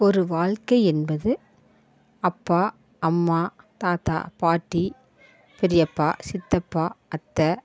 ஒரு வாழ்க்கை என்பது அப்பா அம்மா தாத்தா பாட்டி பெரியப்பா சித்தப்பா அத்தை